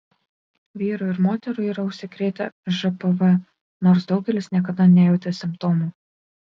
vyrų ir moterų yra užsikrėtę žpv nors daugelis niekada nejautė simptomų